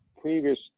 previous